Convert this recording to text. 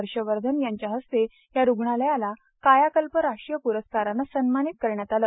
हर्ष वर्धन यांच्या हस्ते या रूग्णालयाला कायाकल्प राष्ट्रीय प्रस्काराने सन्मानित करण्यात आले